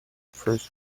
first